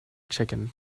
chicken